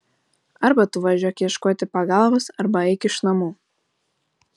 arba tu važiuok ieškoti pagalbos arba eik iš namų